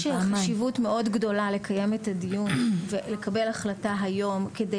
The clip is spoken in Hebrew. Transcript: יש חשיבות מאד גדולה לקיים את הדיון ולקבל החלטה היום כדי